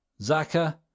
Zaka